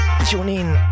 TuneIn